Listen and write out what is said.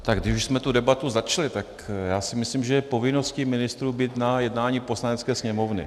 Tak když už jsme debatu začali, tak já si myslím, že je povinností ministrů být na jednání Poslanecké sněmovny.